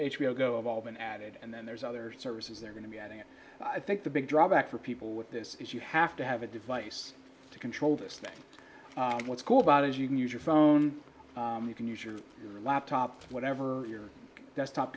h b o go of all been added and then there's other services they're going to be at and i think the big drawback for people with this is you have to have a device to control this thing and what's cool about is you can use your phone you can use your laptop whatever your desktop